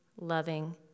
loving